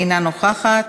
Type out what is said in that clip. אינה נוכחת,